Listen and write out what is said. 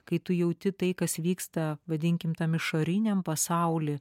kai tu jauti tai kas vyksta vadinkim tam išoriniam pasauly